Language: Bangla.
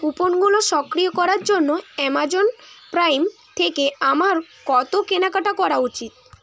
কুপনগুলো সক্রিয় করার জন্য অ্যাম্যাজন প্রাইম থেকে আমার কত কেনাকাটা করা উচিত